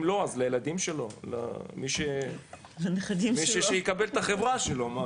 אם לא אז לילדים שלו, למי שיקבל את החברה שלו.